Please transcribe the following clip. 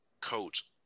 coach